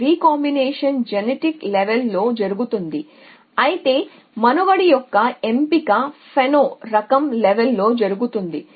కాబట్టి recombination genetic level లో జరుగుతుంది అయితే మనుగడ యొక్క ఎంపిక ఫెనో రకం లేవెల్ లో జరుగుతుంది